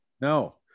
No